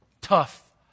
Tough